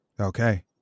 okay